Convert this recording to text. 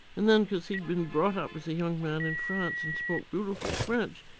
and then because he'd been brought up as a young man in france and spoke beautiful french,